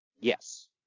Yes